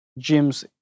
gyms